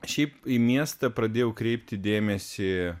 šiaip į miestą pradėjau kreipti dėmesį